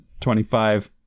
25